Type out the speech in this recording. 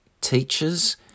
teachers